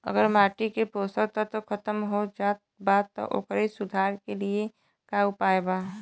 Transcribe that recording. अगर माटी के पोषक तत्व खत्म हो जात बा त ओकरे सुधार के लिए का उपाय बा?